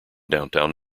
downtown